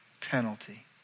penalty